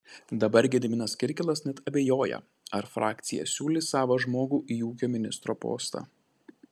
dabar gediminas kirkilas net abejoja ar frakcija siūlys savą žmogų į ūkio ministro postą